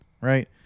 Right